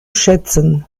schätzen